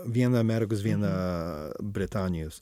vieną amerikos vieną britanijos